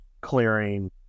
clearing